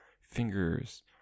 fingers